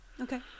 Okay